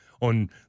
on